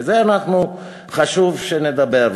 ועל זה חשוב שנדבר.